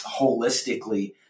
holistically